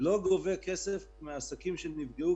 לא גובה כסף מעסקים שנפגעו,